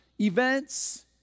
events